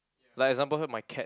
like example heard my cat